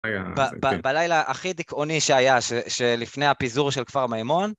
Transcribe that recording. בלילה הכי דכאוני שהיה, שלפני הפיזור של כפר מימון.